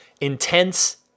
Intense